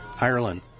Ireland